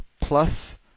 plus